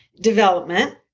development